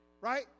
Right